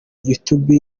youtube